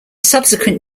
subsequent